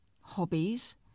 hobbies